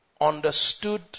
understood